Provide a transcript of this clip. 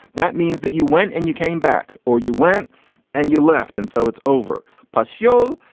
that means that you went and you came back or you went and you left. and so it's over. pustule,